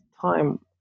time